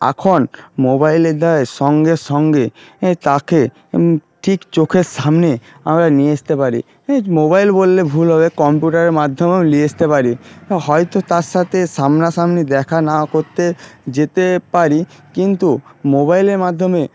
এখন মোবাইলের দ্বারা সঙ্গে সঙ্গে তাকে ঠিক চোখের সামনে আমরা নিয়ে এসতে পারি মোবাইল বললে ভুল হবে কম্পিউটারের মাধ্যমেও নিয়ে আসতে পারি হয়তো তার সাথে সামনা সামনি দেখা না করতে যেতে পারি কিন্তু মোবাইলের মাধ্যমে